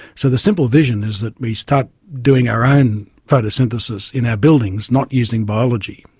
so the simple vision is that we start doing our own photosynthesis in our buildings, not using biology,